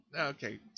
Okay